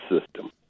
system